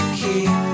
keep